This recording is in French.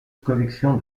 collection